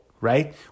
right